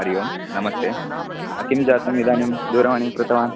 हरिः ओम् नमस्ते किं जातं इदानीं दूरवाणीं कृतवान्